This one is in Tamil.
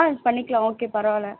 ஆ பண்ணிக்கலாம் ஓகே பரவாயில்ல